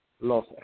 Los